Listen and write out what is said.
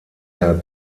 der